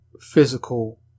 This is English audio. physical